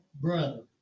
brother